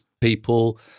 People